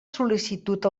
sol·licitud